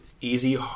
Easy